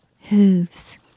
Hooves